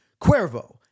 Cuervo